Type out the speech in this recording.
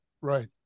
Right